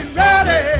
ready